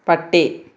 പട്ടി